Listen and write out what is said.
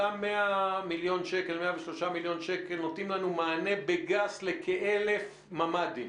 אותם 103 מיליון השקלים נותנים לנו מענה בגס לכ-1,000 ממ"דים.